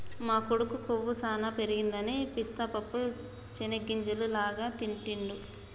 మా కొడుకు కొవ్వు సానా పెరగదని పిస్తా పప్పు చేనిగ్గింజల లాగా తింటిడు